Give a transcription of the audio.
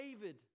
David